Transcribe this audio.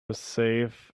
safe